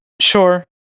Sure